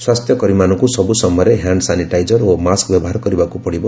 ସ୍ୱାସ୍ଥ୍ୟକର୍ମୀମାନଙ୍କୁ ସବୁ ସମୟରେ hand sanitiser ଓ ମାସ୍କ ବ୍ୟବହାର କରିବାକୁ ପଡିବ